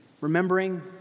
remembering